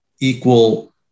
equal